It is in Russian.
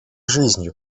жизнью